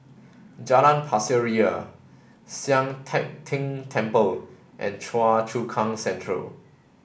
Jalan Pasir Ria Sian Teck Tng Temple and Choa Chu Kang Central